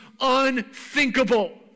unthinkable